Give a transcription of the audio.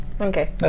Okay